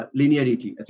linearity